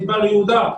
מדבר יהודה,